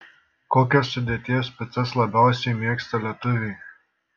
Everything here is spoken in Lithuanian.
kokios sudėties picas labiausiai mėgsta lietuviai